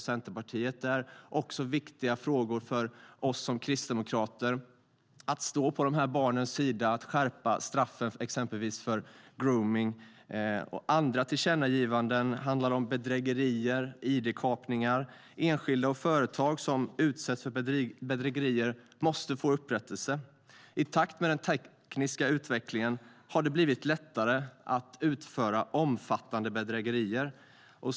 Det är också viktigt för oss som kristdemokrater att stå på dessa barns sida och att skräpa straffen för till exempel gromning. Andra tillkännagivanden handlar om bedrägerier och ID-kapningar. Enskilda och företag som utsätts för bedrägerier måste få upprättelse. I takt med den tekniska utvecklingen har det blivit lättare att utföra omfattande bedrägerier.